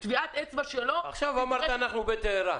עכשיו אמרת שאנחנו בטהרן